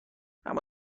اما